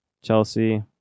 Chelsea